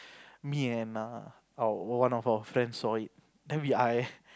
me and err our one of our friend saw it then we I